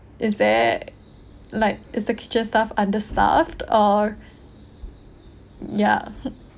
is there like is the kitchen staff understaffed or ya mm